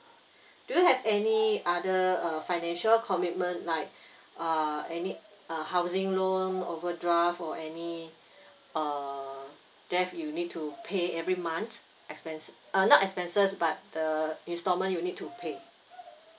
do you have any other uh financial commitment like uh any uh housing loan overdraft or any uh debt you need to pay every month expenses uh not expenses but uh installment you need to pay